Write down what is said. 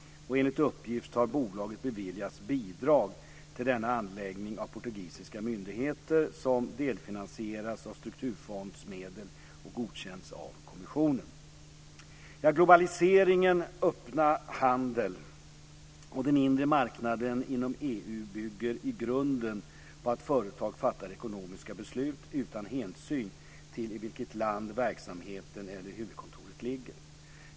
Enligt uppgift har bolaget beviljats bidrag till denna anläggning av portugisiska myndigheter som delfinansierats av strukturfondsmedel och godkänts av kommissionen. Globaliseringens öppna handel och den inre marknaden inom EU bygger i grunden på att företag fattar ekonomiska beslut utan hänsyn till i vilket land verksamheten eller huvudkontoret ligger.